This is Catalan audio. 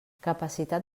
capacitat